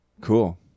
Cool